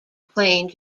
plane